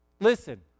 listen